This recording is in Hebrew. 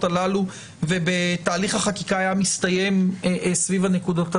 הללו ותהליך החקיקה היה מסתיים סביב הנקודות הללו?